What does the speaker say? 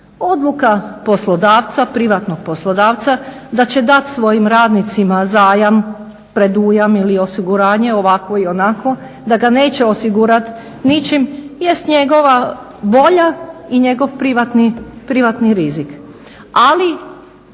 Odluka poslodavca, privatnog poslodavca da će dati svojim radnicima zajam, predujam ili osiguranje ovakvo i onakvo da ga neće osigurati ničim jest njegova volja i njegov privatni rizik. Ali